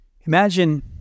imagine